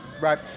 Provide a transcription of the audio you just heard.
right